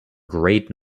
grade